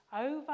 over